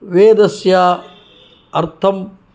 वेदस्य अर्थम्